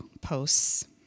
posts